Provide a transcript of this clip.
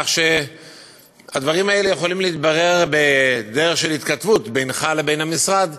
כך שהדברים האלה יכולים להתברר בדרך של התכתבות בינך לבין המשרד,